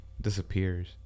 disappears